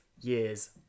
years